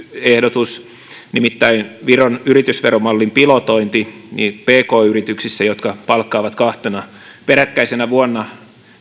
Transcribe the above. ehdotus nimittäin viron yritysveromallin pilotointi pk yrityksissä jotka palkkaavat kahtena peräkkäisenä vuonna